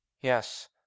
Yes